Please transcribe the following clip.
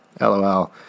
LOL